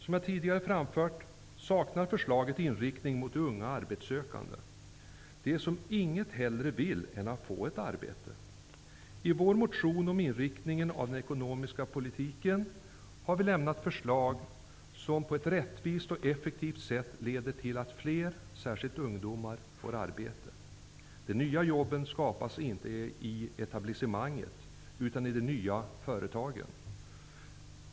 Som jag tidigare framfört, saknar förslaget inriktning mot de unga arbetssökande -- de som inget hellre vill än att få ett arbete. I vår motion om inriktningen av den ekonomiska politiken har vi lämnat förslag som på ett rättvist och effektivt sätt leder till att fler, särskilt ungdomar, får arbete. De nya jobben skapas inte i etablissemanget, utan i de nya företagen.